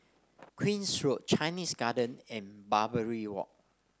Queen's Road Chinese Garden and Barbary Walk